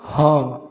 ହଁ